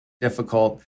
difficult